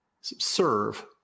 serve